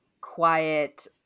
quiet